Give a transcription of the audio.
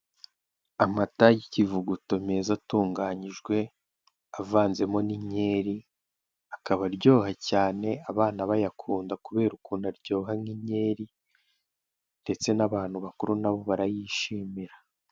Amata y'ikivuguto meza atunganyijwe, avanzemo n'inyeri, akaba aryoha cyane abana bayakunda kubera ukuntu aryoha nk'inyenyeri ndetse n'abantu bakuru na bo barayishimira.